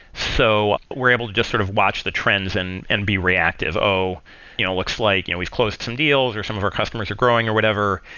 so we're able to just sort of watch the trends and and be reactive, oh, it you know looks like and we've closed some deals, or some of our customers are growing, or whatever.